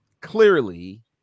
clearly